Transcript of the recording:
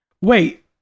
Wait